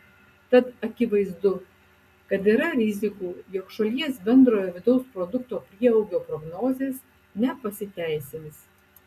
tad akivaizdu kad yra rizikų jog šalies bendrojo vidaus produkto prieaugio prognozės nepasiteisins